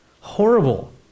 horrible